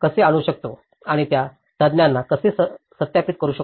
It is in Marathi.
कसे आणू शकतो आणि त्या तज्ञांना कसे सत्यापित करू शकतो